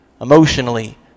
emotionally